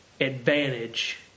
advantage